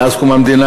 מאז קום המדינה,